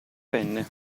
penne